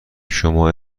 شما